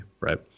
right